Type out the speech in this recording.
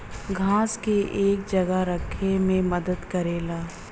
घास के एक जगह रखे मे मदद करेला